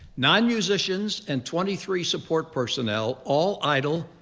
nine musicians and twenty three support personnel, all idol,